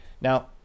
Now